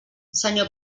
senyor